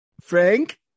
Frank